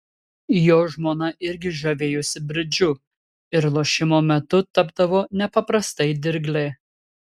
jo žmona irgi žavėjosi bridžu ir lošimo metu tapdavo nepaprastai dirgli